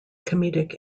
comedic